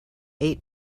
eight